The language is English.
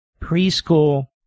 preschool